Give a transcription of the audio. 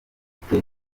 depite